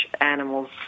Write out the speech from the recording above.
animals